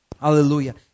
Hallelujah